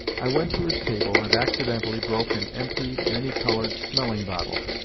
i went to his table and accidentally broke an empty many-coloured smelling-bottle.